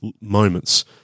moments